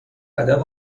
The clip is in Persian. ادب